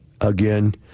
Again